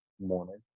morning